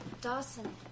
Dawson